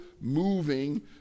moving